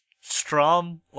Strom